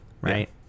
Right